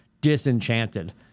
disenchanted